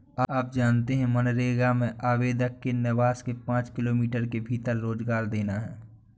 आप जानते है मनरेगा में आवेदक के निवास के पांच किमी के भीतर रोजगार देना है?